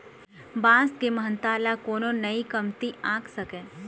बांस के महत्ता ल कोनो नइ कमती आंक सकय